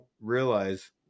realize